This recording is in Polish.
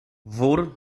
wór